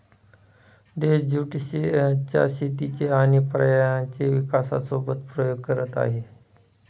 देश ज्युट च्या शेतीचे आणि पर्यायांचे विकासासोबत प्रयोग करत आहे